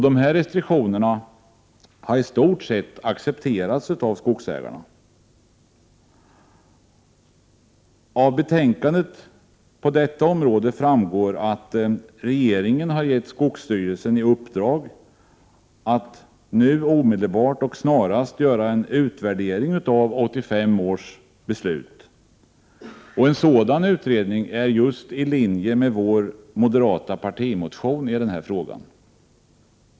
Dessa restriktioner har i stort sett accepterats av skogsägarna. Av betänkandet framgår att regeringen gett skogsstyrelsen i uppdrag att omedelbart göra en utvärdering av 1985 års beslut. En sådan utredning är i linje med vår moderata partimotion i frågan.